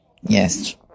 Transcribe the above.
yes